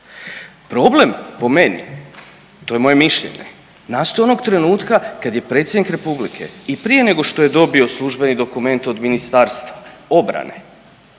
Problem po meni, to je moje mišljenje, nastao je onog trenutka kad je Predsjednik Republike i prije nego što je dobio službeni dokument od Ministarstva obrane,